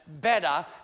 better